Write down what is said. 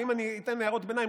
ואם אני אתן הערות ביניים,